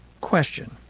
question